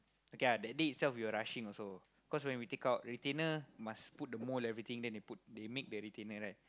okay ah that day itself we were rushing also cause when we take out retainer must put the mold everything then they put they make the retainer right